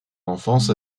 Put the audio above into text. enfance